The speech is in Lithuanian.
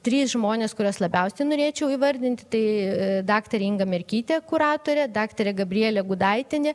trys žmonės kuriuos labiausiai norėčiau įvardinti tai daktarė inga merkytė kuratorė daktarė gabrielė gudaitienė